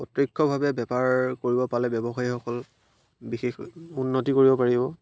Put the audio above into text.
প্ৰত্য়ক্ষভাৱে বেপাৰ কৰিব পালে ব্যৱসায়ীসকল বিশেষ উন্নতি কৰিব পাৰিব